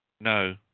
No